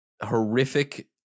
horrific